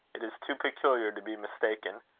it is too peculiar to be mistaken.